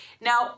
Now